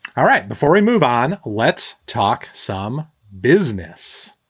all right. before we move on. let's talk some business.